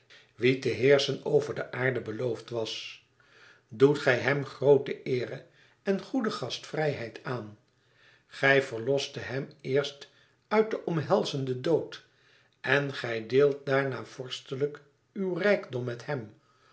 te heerschen over de aarde beloofd was doet gij hem groote eere en goede gastvrijheid aan gij verlostet hem eerst uit de omhelzenden dood en gij deelt daarna vorstelijk uw rijkdom met hem